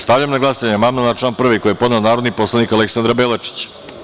Stavljam na glasanje amandman na član 1. koji je podnela narodni poslanik Aleksandra Belačić.